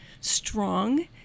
strong